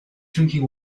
drinking